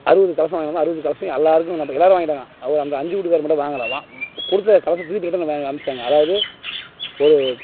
அறுபது கலசம் வாங்கிகிட்டு வந்தேன் அறுபது கலசையும் எல்லாருக்கும் இப்போ எல்லாரும் வாங்கிட்டாங்க அந்த அஞ்சு வீட்டுகாரர் மட்டும் வாங்கலை கொடுத்த கலசம் திருப்பி ரிட்டர்ன் அமிச்சிவிட்டாங்க அதாவது ஒரு